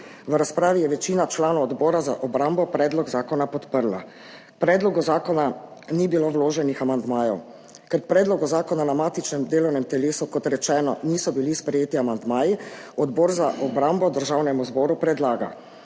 V razpravi je večina članov Odbora za obrambo predlog zakona podprla. K predlogu zakona ni bilo vloženih amandmajev. Ker k predlogu zakona na matičnem delovnem telesu, kot rečeno, niso bili sprejeti amandmaji, Odbor za obrambo Državnemu zboru predlaga,